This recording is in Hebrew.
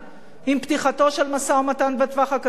עם פתיחתו של משא-ומתן בטווח הקצר,